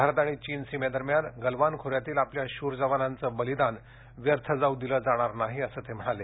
भारत आणि चीन सीमेदरम्यान गलवान खेऱ्यातील आपल्या शूर जवानांचं बलिदान व्यर्थ जाऊ दिलं जाणार नाही अस ते म्हणाले